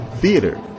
theater